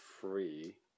free